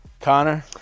connor